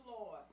Lord